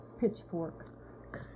pitchfork